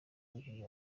umukinnyi